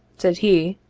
said he,